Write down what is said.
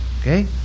okay